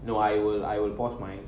no I will I will pause my